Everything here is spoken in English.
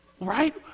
Right